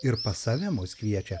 ir pas save mus kviečia